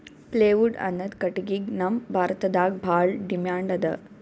plywood ಅನ್ನದ್ ಕಟ್ಟಗಿಗ್ ನಮ್ ಭಾರತದಾಗ್ ಭಾಳ್ ಡಿಮ್ಯಾಂಡ್ ಅದಾ